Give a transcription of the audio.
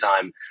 time